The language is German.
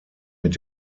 mit